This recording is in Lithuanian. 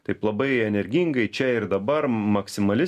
taip labai energingai čia ir dabar maksimalis